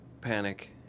panic